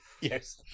Yes